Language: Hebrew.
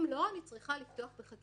אם לא אני צריכה לפתוח בחקירה,